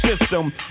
system